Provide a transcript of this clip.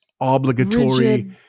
obligatory